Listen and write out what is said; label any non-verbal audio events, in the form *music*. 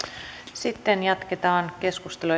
sitten jatketaan keskustelua *unintelligible*